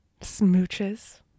Smooches